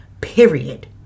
period